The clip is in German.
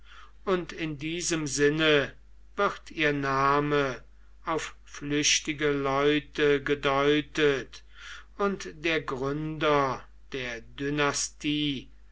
und in diesem sinne wird ihr name auf flüchtige leute gedeutet und der gründer der